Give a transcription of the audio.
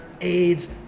AIDS